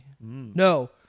No